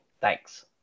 Thanks